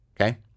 Okay